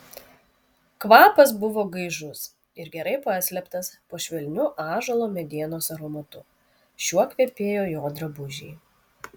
kvapas buvo gaižus ir gerai paslėptas po švelniu ąžuolo medienos aromatu šiuo kvepėjo jo drabužiai